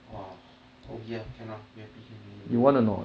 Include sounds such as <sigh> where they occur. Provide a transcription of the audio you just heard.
!wah! <breath> O_P ah can lah you happy can already bro